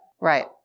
Right